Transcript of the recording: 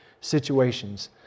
situations